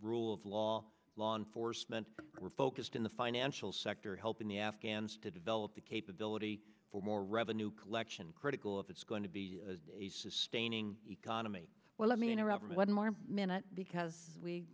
rule of law law enforcement were focused in the financial sector helping the afghans to develop the capability for more revenue collection critical if it's going to be a sustaining economy well let me interrupt for one more minute because we